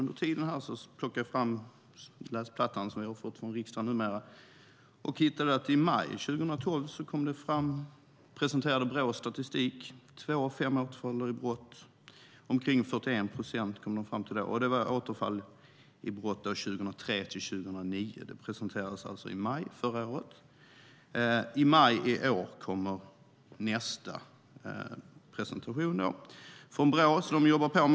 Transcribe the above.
Under debatten här plockade jag fram den läsplatta vi har fått från riksdagen och hittade att Brå presenterade statistik i maj 2012. De kom då fram till att två av fem återfaller i brott, alltså omkring 41 procent. Detta gällde återfall i brott under 2003-2009. Det presenterades alltså i maj förra året. I maj i år kommer nästa presentation från Brå. De jobbar alltså på.